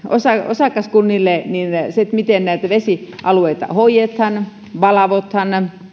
osakaskunnille se miten näitä vesialueita hoidetaan valvotaan